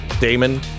Damon